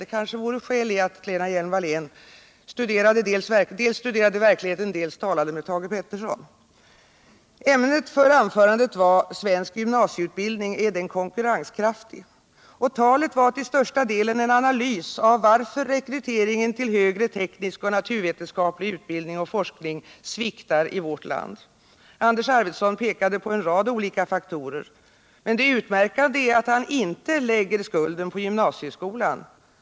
Det kanske vore skäl för Lena Hjelm-Wallén att dels studera verkligheten, dels tala med Thage Peterson. Ämnet för anförandet var Svensk gymnasieutbildning — är den konkurrenskraftig? Talet var till största delen en analys av orsakerna till att rekryteringen till högre teknisk och naturvetenskaplig utbildning och forskning sviktar i vårt land. Anders Arfwedson pekade på en rad olika faktorer. Men det utmärkande var att han inte lade skulden på gymnasieskolan.